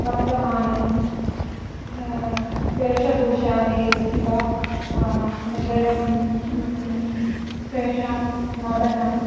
वर्तमानं वेषभूषादि द् इव अनन्तरं तेषां नटनम्